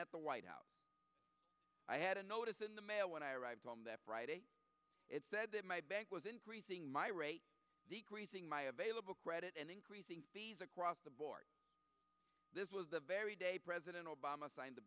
at the white house i had a notice in the mail when i arrived on that friday it said that my bank was increasing my rate decreasing my available credit and increasing across the board this was the very day president obama signed